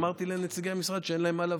אמרתי לנציגי המשרד שאין להם מה לבוא.